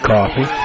Coffee